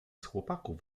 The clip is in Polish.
chłopaków